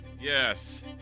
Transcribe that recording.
Yes